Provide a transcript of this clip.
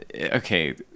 okay